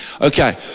Okay